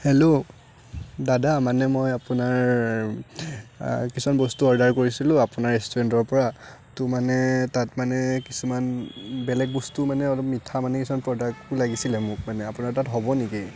hello দাদা মানে মই আপোনাৰ কিছুমান বস্তু অৰ্ডাৰ কৰিছিলোঁ আপোনাৰ ৰেষ্টুৰেণ্টৰ পৰা ত' মানে তাত মানে কিছুমান বেলেগ বস্তু মানে অলপ মিঠা মানে কিছুমান প্ৰডাক্টো লাগিছিলে মোক মানে আপোনাৰ তাত হ'ব নেকি